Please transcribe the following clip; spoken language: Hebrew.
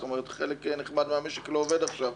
זאת אומרת, חלק נכבד מהמשק לא עובד עכשיו.